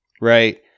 Right